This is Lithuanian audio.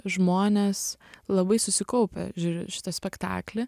žmonės labai susikaupę žiūri šitą spektaklį